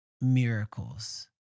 miracles